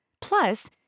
Plus